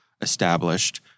established